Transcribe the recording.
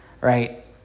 right